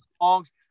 songs